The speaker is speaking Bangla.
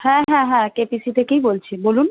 হ্যাঁ হ্যাঁ হ্যাঁ কেপিসি থেকেই বলছি বলুন